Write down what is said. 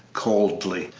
coldly.